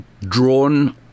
drawn